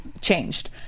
changed